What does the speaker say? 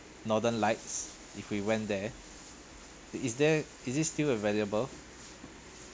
northern lights if we went there is there is it still available